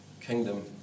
kingdom